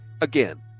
Again